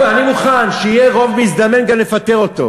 אחרי כל סבב,